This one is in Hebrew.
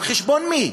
על חשבון מי?